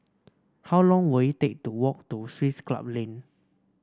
how long will it take to walk to Swiss Club Lane